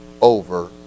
over